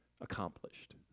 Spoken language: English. accomplished